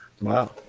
wow